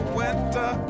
winter